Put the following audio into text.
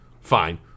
fine